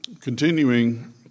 continuing